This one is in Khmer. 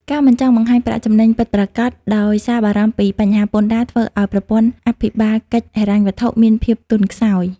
ការមិនចង់បង្ហាញប្រាក់ចំណេញពិតប្រាកដដោយសារបារម្ភពីបញ្ហាពន្ធដារ ធ្វើឱ្យប្រព័ន្ធអភិបាលកិច្ចហិរញ្ញវត្ថុមានភាពទន់ខ្សោយ។